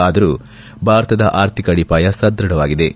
ಆದರೂ ಭಾರತದ ಆರ್ಥಿಕ ಅಡಿಪಾಯ ಸದೃಢವಾಗಿದ್ದು